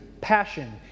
passion